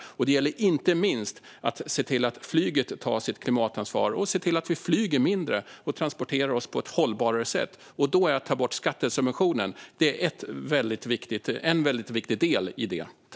Det gäller inte minst att se till att flyget tar sitt klimatansvar och att vi flyger mindre och transporterar oss på ett hållbarare sätt. En borttagning av skattesubventionen är en väldigt viktig del i det.